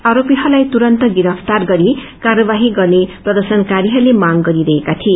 आरोपीहरूलाई तुरन्त गिरफ्तार गरी कार्यवाही गर्ने प्रदर्शनकारीहरूले माग गरिरहेका थिए